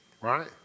right